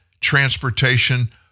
transportation